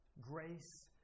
Grace